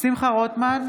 שמחה רוטמן,